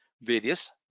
various